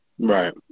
Right